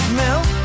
melt